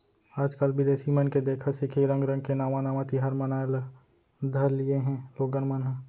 आजकाल बिदेसी मन के देखा सिखी रंग रंग के नावा नावा तिहार मनाए ल धर लिये हें लोगन मन ह